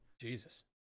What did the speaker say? Jesus